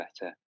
better